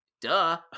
Duh